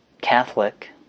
Catholic